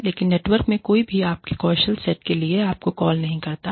लेकिन नेटवर्क में कोई भी आपके कौशल सेट के लिए आपको कॉल नहीं करता है